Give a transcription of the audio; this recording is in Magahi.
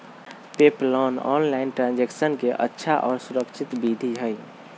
पेपॉल ऑनलाइन ट्रांजैक्शन के अच्छा और सुरक्षित विधि हई